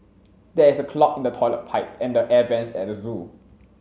there is a clog in the toilet pipe and the air vents at the zoo